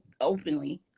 openly